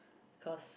cause